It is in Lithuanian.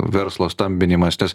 verslo stambinimas nes